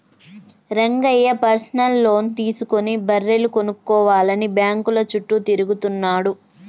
Rangayya personal loan తీసుకుని బర్రెలు కొనుక్కోవాలని బ్యాంకుల చుట్టూ తిరుగుతున్నాడు